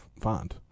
font